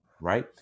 right